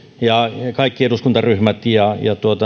ja kaikki eduskuntaryhmät ja